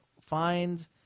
find